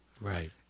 Right